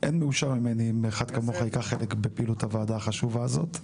אין מאושר ממני אם אחד כמוך ייקח חלק בפעילות הוועדה החשובה הזאת.